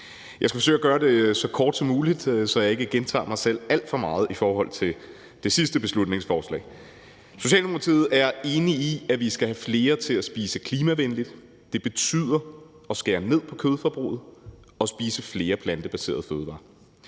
Jeg skal forsøge at gøre det så kort som muligt, så jeg ikke gentager mig selv alt for meget i forhold til det sidste beslutningsforslag. Socialdemokratiet er enig i, at vi skal have flere til at spise klimavenligt. Det betyder, at vi skal skære ned på kødforbruget og spise flere plantebaserede fødevarer.